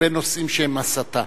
לבין נושאים שהם הסתה,